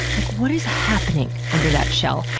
like what is happening under that shell?